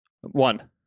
One